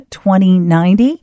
2090